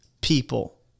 people